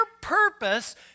purpose